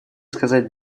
сказать